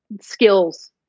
skills